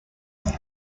than